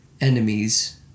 enemies